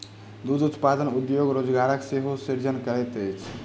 दूध उत्पादन उद्योग रोजगारक सेहो सृजन करैत अछि